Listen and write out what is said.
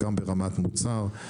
גם ברמת מוצר.